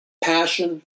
passion